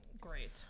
Great